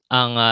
ang